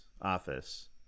office